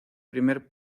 primer